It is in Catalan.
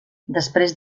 després